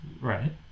Right